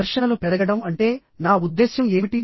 ఘర్షణలు పెరగడం అంటే నా ఉద్దేశ్యం ఏమిటి